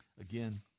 Again